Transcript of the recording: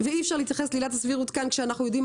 ואי אפשר להתייחס לעילת הסבירות כאן כשאנחנו יודעים על